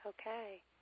Okay